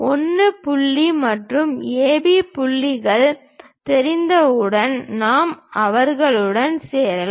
1 புள்ளி மற்றும் AB புள்ளிகள் தெரிந்தவுடன் நாம் அவர்களுடன் சேரலாம்